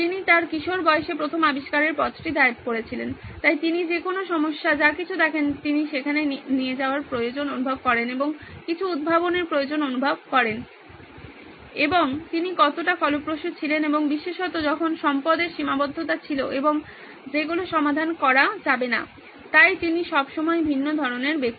তিনি তার কিশোর বয়সে প্রথম আবিষ্কারের পথটি দায়ের করেছিলেন তাই তিনি যে কোনো সমস্যা যা কিছু দেখেন তিনি সেখানে যাওয়ার প্রয়োজন অনুভব করেন এবং কিছু উদ্ভাবনের প্রয়োজন অনুভব করেন এবং তিনি কতটা ফলপ্রসূ ছিলেন এবং বিশেষত যখন সম্পদ এর সীমাবদ্ধতা ছিল এবং যেগুলো সমাধান করা যাবেনা তিনি সবসময়েই ভিন্ন ধরনের ব্যক্তি